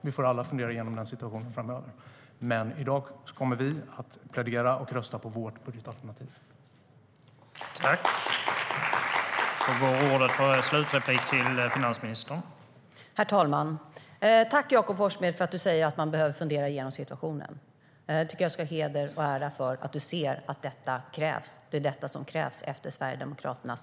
Vi får alla fundera igenom situationen framöver, men i dag kommer vi att plädera och rösta för vårt budgetalternativ.